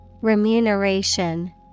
Remuneration